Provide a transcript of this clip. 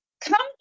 Come